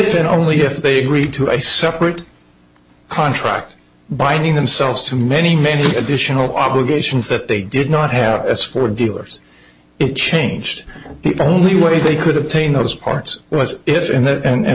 if and only if they agreed to i separate contract binding themselves to many many additional obligations that they did not have as for dealers it changed the only way they could obtain those parts was this and that and